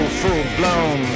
full-blown